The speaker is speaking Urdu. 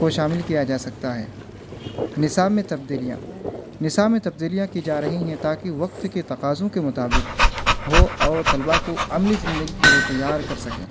کو شامل کیا جا سکتا ہے نصاب میں تبدیلیاں نصاب میں تبدیلیاں کی جا رہی ہیں تاکہ وقت کے تقاضوں کے مطابق وہ اور طلبہ کو عملی زندگی کے لیے تیار کر سکیں